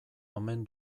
omen